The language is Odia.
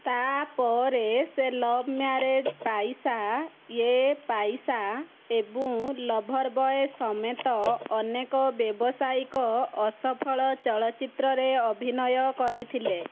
ତା'ପରେ ସେ ଲଭ୍ ମ୍ୟାରେଜ୍ ପଇସା ୟେ ପଇସା ଏବଂ ଲଭର ବୟ ସମେତ ଅନେକ ବ୍ୟବସାୟିକ ଅସଫଳ ଚଳଚ୍ଚିତ୍ରରେ ଅଭିନୟ କରିଥିଲେ